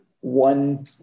one